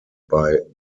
bei